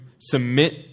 submit